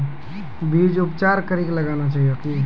बीज उपचार कड़ी कऽ लगाना चाहिए कि नैय?